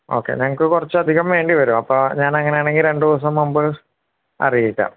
okay ഞങ്ങള്ക്ക് കുറച്ചധികം വേണ്ടിവരും അപ്പോള് ഞാന് അങ്ങനെയാണെങ്കില് രണ്ട് ദിവസം മുമ്പ് അറിയിക്കാം